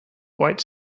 white